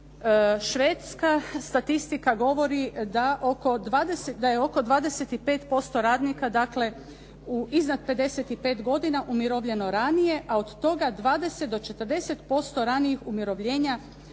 Švedska statistika govori da je oko 25% radnika, dakle iznad 55 godina umirovljeno ranije, a od toga 20 do 40% ranijih umirovljenja